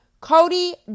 cody